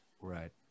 Right